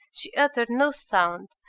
she uttered no sound,